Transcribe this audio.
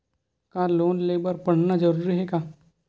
का लोन ले बर पढ़ना जरूरी हे का?